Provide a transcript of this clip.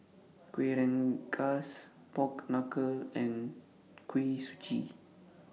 Kueh Rengas Pork Knuckle and Kuih Suji